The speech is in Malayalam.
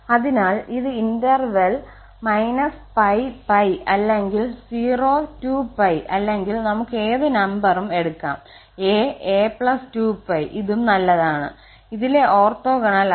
അതിനാൽ ഇത് ഇന്റർവെൽ −𝜋 𝜋 അല്ലെങ്കിൽ 02𝜋 അല്ലെങ്കിൽ നമുക്ക് ഏത് നമ്പറും എടുക്കാം 𝑎 𝑎 2𝜋 ഇതും നല്ലതാണ് ഇതിലെ ഓർത്തോഗണൽ ആണ്